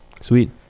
sweet